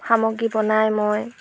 সামগ্ৰী বনাই মই